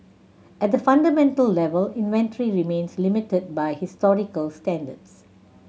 at the fundamental level inventory remains limited by historical standards